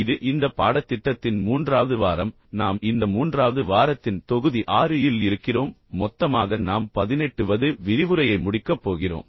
இது இந்த பாடத்திட்டத்தின் மூன்றாவது வாரம் நாம் இந்த மூன்றாவது வாரத்தின் தொகுதி 6 இல் இருக்கிறோம் மொத்தமாக நாம் 18 வது விரிவுரையை முடிக்கப் போகிறோம்